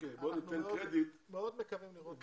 אנחנו מאוד מקווים לראות את זה קורה.